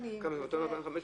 ואתה נותן לו 2,500,